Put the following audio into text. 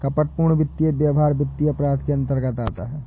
कपटपूर्ण वित्तीय व्यवहार वित्तीय अपराध के अंतर्गत आता है